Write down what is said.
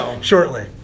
shortly